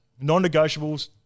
non-negotiables